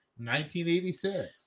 1986